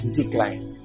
decline